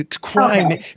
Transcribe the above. Crime